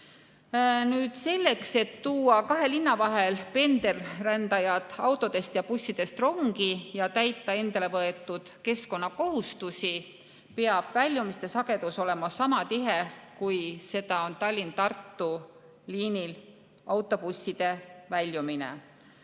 Selleks, et tuua kahe linna vahel pendelrändajad autodest ja bussidest rongi ning täita endale võetud keskkonnakohustusi, peab rongide väljumise sagedus olema sama tihe, kui on Tallinna–Tartu liinil autobusside väljumine.